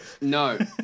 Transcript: No